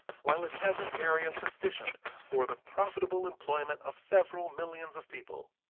while it has an area sufficient for the profitable employment of several millions of people.